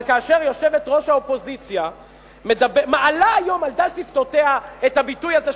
אבל כאשר יושבת-ראש האופוזיציה מעלה היום על דל שפתותיה את הביטוי הזה,